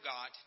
God